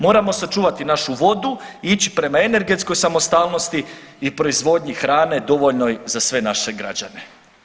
Moramo sačuvati našu vodu, ići prema energetskoj samostalnosti i proizvodnji hrane dovoljnoj za sve naše građane.